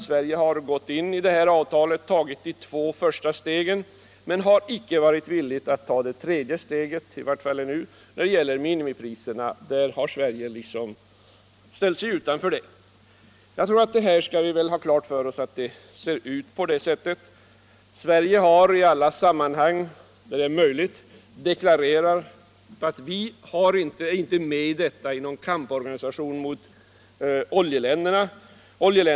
Sverige har som bekant varit med om att ta de två första stegen i detta avtal men icke det tredje, som gäller minimipriserna. Sverige har i alla sammanhang deklarerat att vi inte är med i någon kamporganisation mot oljeländerna.